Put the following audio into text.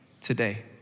today